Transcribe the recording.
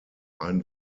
ein